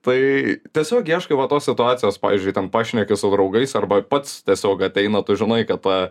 tai tiesiog ieškome tos situacijos pavyzdžiui ten pašneki su draugais arba pats tiesiog ateina tu žinai kad ta